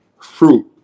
fruit